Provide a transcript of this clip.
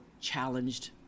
challenged